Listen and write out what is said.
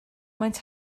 maent